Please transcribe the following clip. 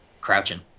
crouching